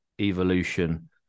evolution